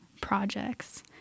projects